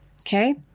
Okay